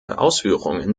ausführungen